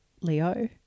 Leo